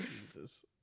Jesus